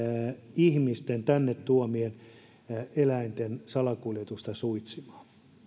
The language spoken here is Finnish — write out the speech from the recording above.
ihmisten tänne tuomien eläinten salakuljetusta suitsimaan